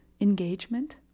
engagement